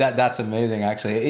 that's amazing actually.